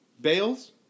Bales